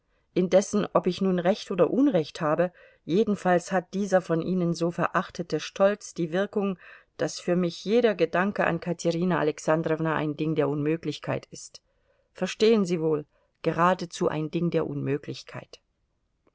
indessen ob ich nun recht oder unrecht habe jedenfalls hat dieser von ihnen so verachtete stolz die wirkung daß für mich jeder gedanke an katerina alexandrowna ein ding der unmöglichkeit ist verstehen sie wohl geradezu ein ding der unmöglichkeit